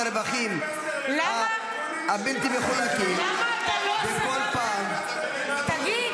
הרווחים הבלתי-מחולקים ------ תגיד,